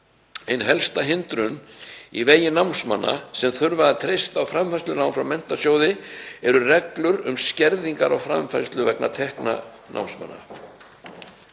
Ein helsta hindrunin í vegi námsmanna sem þurfa að treysta á framfærslulán frá Menntasjóði eru reglur um skerðingar á framfærslu vegna tekna námsmanna.